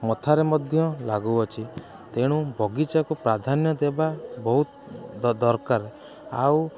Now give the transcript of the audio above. ମଥାରେ ମଧ୍ୟ ଲାଗୁଅଛି ତେଣୁ ବଗିଚାକୁ ପ୍ରାଧାନ୍ୟ ଦେବା ବହୁତ ଦରକାର ଆଉ